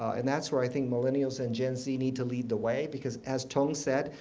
and that's where i think millennials and gen z need to lead the way, because as tung said,